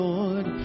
Lord